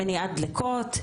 מניעת דליקות,